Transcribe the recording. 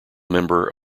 member